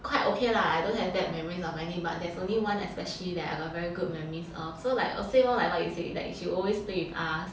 quite okay lah I don't have bad memory any but there's only one especially that I got very good memories of so like let's say more like what you say she will always play with us